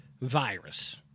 virus